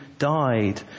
died